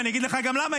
ואני אגיד לך גם למה,